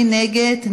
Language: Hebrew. מי נגד?